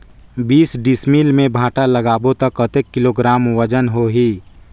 बीस डिसमिल मे भांटा लगाबो ता कतेक किलोग्राम वजन होही?